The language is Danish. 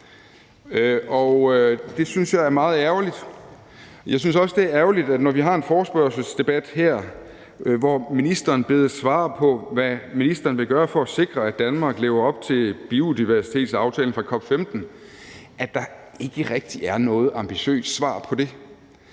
det er ærgerligt, at når vi har en forespørgselsdebat her, hvor ministeren bedes svare på, hvad ministeren vil gøre for at sikre, at Danmark lever op til biodiversitetsaftalen fra COP15, er der ikke rigtig noget ambitiøst svar på det.